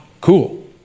cool